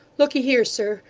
look'ee here, sir!